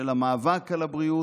של המאבק על הבריאות,